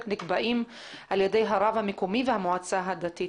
נקבעים על ידי הרב המקומי והמועצה הדתית.